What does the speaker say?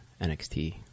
NXT